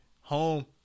Home